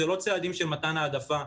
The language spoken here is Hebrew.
אלו לא צעדים של מתן העדפה.